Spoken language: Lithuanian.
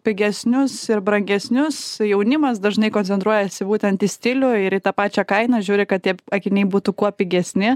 pigesnius ir brangesnius jaunimas dažnai koncentruojasi būtent į stilių ir į tą pačią kainą žiūri kad tie akiniai būtų kuo pigesni